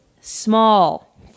small